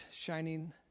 shining